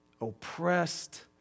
oppressed